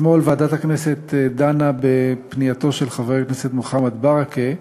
אתמול דנה ועדת הכנסת בפנייתו של חבר הכנסת מוחמד ברכה,